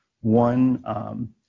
one